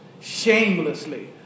shamelessly